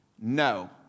no